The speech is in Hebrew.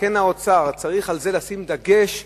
האוצר צריך על זה לשים דגש מיוחד,